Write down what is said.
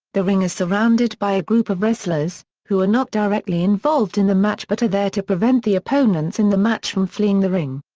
the ring is surrounded by a group of wrestlers, who are not directly involved in the match but are there to prevent the opponents in the match from fleeing the ring.